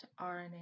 RNA